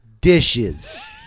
Dishes